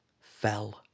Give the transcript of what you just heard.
fell